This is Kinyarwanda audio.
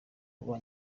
kuba